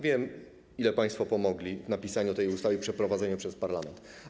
Wiem, ile państwo pomogli w napisaniu tej ustawy i przeprowadzeniu jej przez parlament.